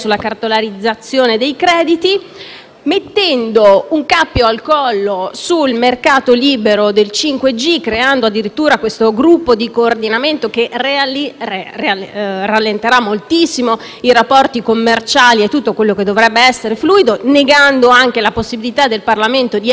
mette un cappio al collo sul mercato libero del 5G, creando addirittura questo gruppo di coordinamento che rallenterà moltissimo i rapporti commerciali e tutto quello che dovrebbe essere fluido, negando anche la possibilità del Parlamento di essere informato (quindi, davvero un capolavoro);